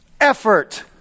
effort